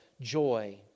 joy